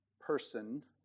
person